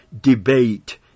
debate